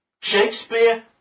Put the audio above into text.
Shakespeare